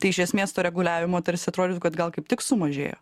tai iš esmės to reguliavimo tarsi atrodytų kad gal kaip tik sumažėjo